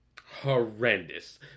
horrendous